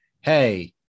hey